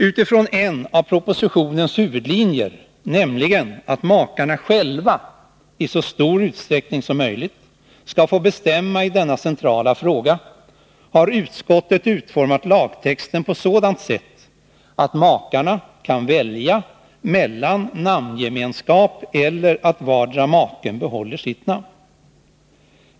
Utifrån en av propositionens huvudlinjer, nämligen att makarna själva i så stor utsträckning som möjligt skall få bestämma i denna centrala fråga, har utskottet utformat lagtexten på sådant sätt att makarna kan välja mellan namngemenskap och att vardera maken behåller sitt namn.